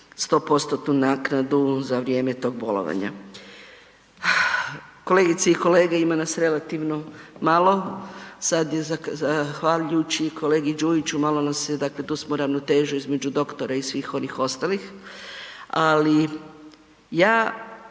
100% naknadu za vrijeme tog bolovanja. Kolegice i kolege, ima nas relativno malo, sada je zahvaljujući kolegi Đujiću malo nas je tu smo ravnotežu između doktora i svih onih ostalih, ali ja